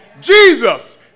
Jesus